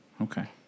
okay